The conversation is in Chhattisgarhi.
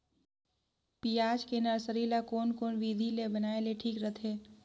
पियाज के नर्सरी ला कोन कोन विधि ले बनाय ले ठीक रथे?